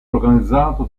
organizzato